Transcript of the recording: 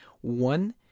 One